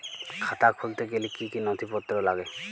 খাতা খুলতে গেলে কি কি নথিপত্র লাগে?